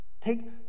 Take